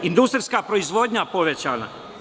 Industrijska proizvodnja povećana.